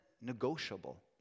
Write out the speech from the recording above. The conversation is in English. negotiable